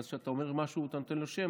ואז כשאתה אומר משהו ואתה נותן לו שם,